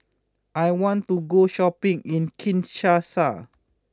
I want to go shopping in Kinshasa